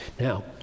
Now